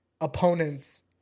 opponents